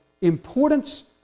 importance